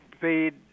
paid